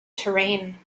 terrain